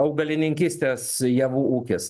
augalininkystės javų ūkis